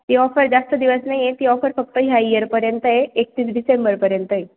ती ऑफर जास्त दिवस नाही आहे ती ऑफर फक्त ह्या ईयरपर्यंत आहे एकतीस डिसेंबरपर्यंत आहे